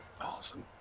Awesome